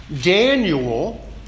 Daniel